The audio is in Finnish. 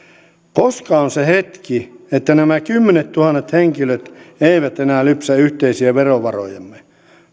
koska on se hetki että nämä kymmenettuhannet henkilöt eivät enää lypsä yhteisiä verovarojamme